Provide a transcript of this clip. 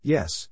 Yes